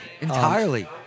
Entirely